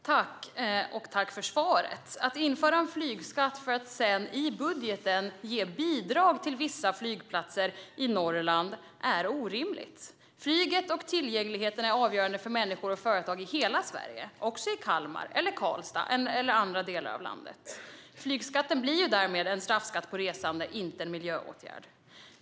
Fru talman! Tack för svaret, statsrådet! Att införa en flygskatt för att sedan i budgeten ge bidrag till vissa flygplatser i Norrland är orimligt. Flyget och tillgängligheten är avgörande för människor och företag i hela Sverige - också i Kalmar och Karlstad eller andra delar av landet. Flygskatten blir en straffskatt på resande och inte en miljöåtgärd.